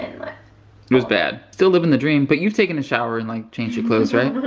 and like. it was bad. still living the dream, but you've taken a shower and like changed your clothes, right?